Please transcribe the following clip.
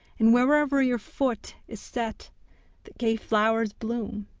and wherever your foot is set the gay flowers bloom.